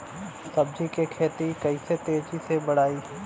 सब्जी के खेती के कइसे तेजी से बढ़ाई?